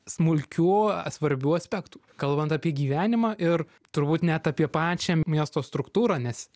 smulkių svarbių aspektų kalbant apie gyvenimą ir turbūt net apie pačią miesto struktūrą nes